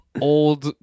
old